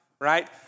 right